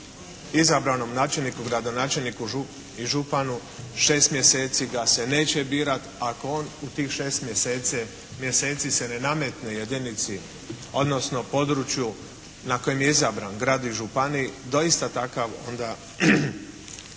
izabranom načelniku, gradonačelniku i županu 6 mjeseci da se neće birati ako on u tih 6 mjeseci se ne nametne jedinici, odnosno području na kojem je izabran grad i županiji doista takav onda